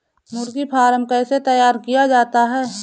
मुर्गी फार्म कैसे तैयार किया जाता है?